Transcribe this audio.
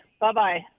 Bye-bye